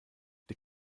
die